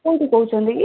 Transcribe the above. କେଉଁଠୁ କହୁଛନ୍ତି କି